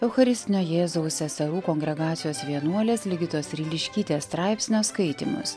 eucharistinio jėzaus seserų kongregacijos vienuolės ligitos ryliškytės straipsnio skaitymus